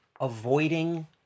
avoiding